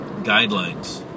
guidelines